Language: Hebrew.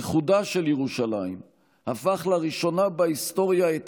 ייחודה של ירושלים הפך לראשונה בהיסטוריה את